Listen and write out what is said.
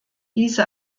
diese